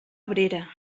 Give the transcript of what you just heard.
abrera